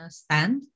stand